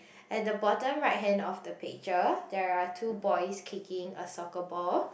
at the bottom right hand of the picture there are two boys kicking a soccer ball